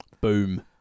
Boom